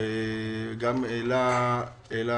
מיקי לוי,